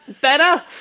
better